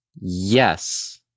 Yes